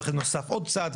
ואחרי זה נוסף עוד צעד,